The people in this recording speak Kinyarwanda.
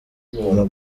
guma